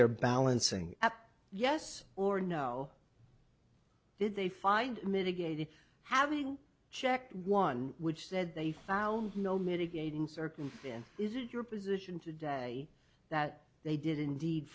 their balancing act yes or no did they find mitigated having checked one which said they found no mitigating circumstance is it your position today that they did indeed